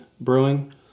Brewing